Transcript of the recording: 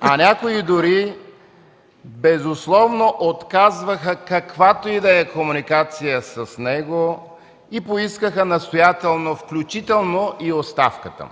а някои дори безусловно отказваха каквато и да е комуникация с него и настоятелно поискаха включително и оставката му.